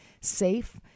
safe